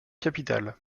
capitale